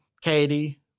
Katie